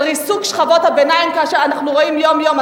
לריסוק שכבות הביניים שאנחנו רואים יום-יום.